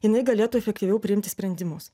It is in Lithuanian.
jinai galėtų efektyviau priimti sprendimus